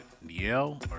Niel